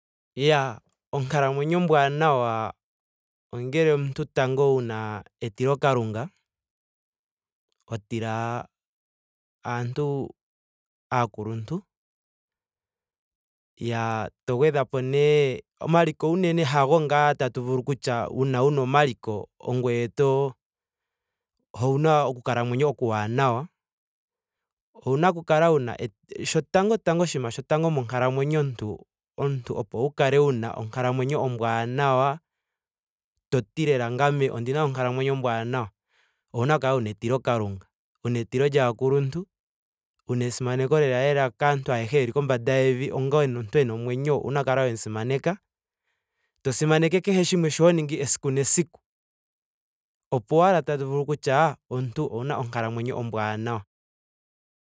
Iyaa onkalamwenyo ombwaanawa ongele omuntu tango wuna etilo kalunga. ho tila aantu aakuluntu. yaa to gwedhapo nee. omaliko unene hago ngaa tatu vulu okutya uuna wuna omaliko ongweye to- ho owuna oku kalamwenyo okwaanawa. owuna oku kala wuna, etilo shotango tango oshinima shotango monkalamwenyo omuntu. omuntu opo wu kale wuna onkalamwenyo ombwaanawa. toti lela ngame ondina onkalamwenyo ombwaanawa. owuna oku kala wuna etilo kalunga. wuna etilo lyaakuluntu. wuna esimaneko lela lela kaantu ayehe yeli kombanda yevi onga omuntu ena omwenyo owuna oku kala wemu simaneka. to simaneke kehe shimwesho ho ningi esiku nesiku. opo wala tatu vulu okutya omuntu okuna onkalamwenyo ombwaanawa